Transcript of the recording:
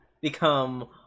become